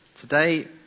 Today